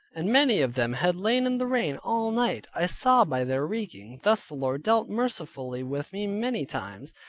and many of them had lain in the rain all night, i saw by their reeking. thus the lord dealt mercifully with me many times,